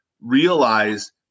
realize